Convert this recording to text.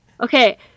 Okay